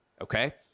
okay